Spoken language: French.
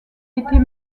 était